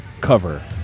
cover